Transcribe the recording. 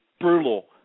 brutal